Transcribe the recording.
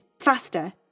faster